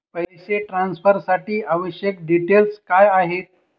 पैसे ट्रान्सफरसाठी आवश्यक डिटेल्स काय आहेत?